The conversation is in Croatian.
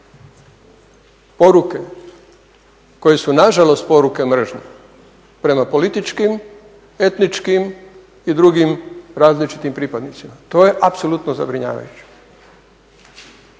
poruke koje su nažalost poruke mržnje prema političkim, etničkim i drugim različitim pripadnicima to je apsolutno zabrinjavajuće.